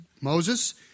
Moses